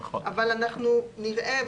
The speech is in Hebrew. אבל אנחנו נראה,